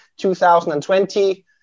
2020